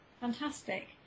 Fantastic